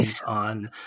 on